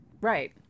Right